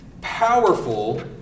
powerful